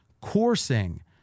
coursing